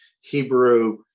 Hebrew